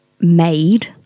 made